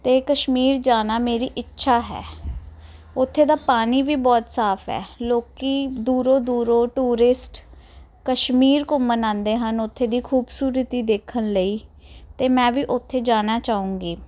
ਤੇ ਕਸ਼ਮੀਰ ਜਾਣਾ ਮੇਰੀ ਇੱਛਾ ਹੈ ਉਥੇ ਦਾ ਪਾਣੀ ਵੀ ਬਹੁਤ ਸਾਫ ਹੈ ਲੋਕੀ ਦੂਰੋਂ ਦੂਰੋਂ ਟੂਰਿਸਟ ਕਸ਼ਮੀਰ ਘੁੰਮਨ ਆਉਂਦੇ ਹਨ ਉਥੇ ਦੀ ਖੂਬਸੂਰਤੀ ਦੇਖਣ ਲਈ ਤੇ ਮੈਂ ਵੀ ਉੱਥੇ ਜਾਣਾ ਚਾਹੂੰਗੀ